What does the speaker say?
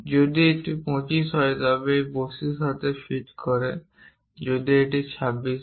যদি এটি 25 হয় তবে এটি সেই বস্তুর সাথে ফিট করে যদি এটি 26 হয়